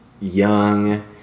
young